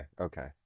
okay